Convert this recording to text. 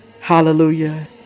Hallelujah